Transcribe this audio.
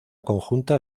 conjunta